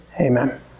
Amen